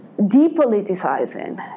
depoliticizing